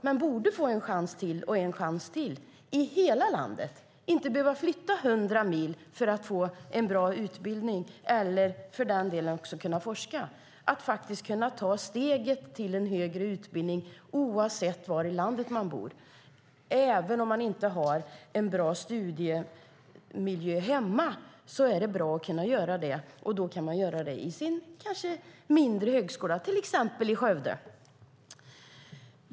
De borde få en chans till och en chans till i hela landet. De ska inte behöva flytta 100 mil för att få en bra utbildning eller, för den delen, kunna forska. Det handlar om att faktiskt kunna ta steget till en högre utbildning, oavsett var i landet man bor. Även om man inte har en bra studiemiljö hemma är det bra att kunna göra detta. Då kan man kanske göra det i en mindre högskola, till exempel i Skövde.